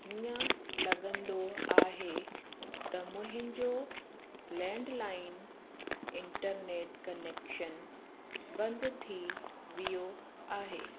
हीअं लॻंदो आहे त मुंहिंजो लैंडलाइन इंटरनेट कनैक्शन बंदि थी वियो आहे